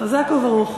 חזק וברוך.